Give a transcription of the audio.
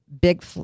big